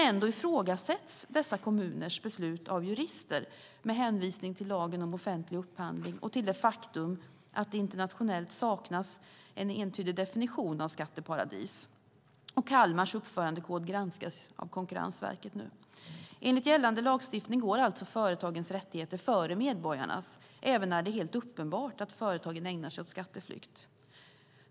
Ändå ifrågasätts dessa kommunernas beslut av jurister med hänvisning till lagen om offentlig upphandling och till det faktum att det internationellt saknas en entydig definition av skatteparadis. Kalmars uppförandekod granskas nu av Konkurrensverket. Enligt gällande lagstiftning går alltså företagens rättigheter före medborgarnas även när det är helt uppenbart att företagen ägnar sig åt skatteflykt.